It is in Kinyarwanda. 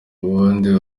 ubundi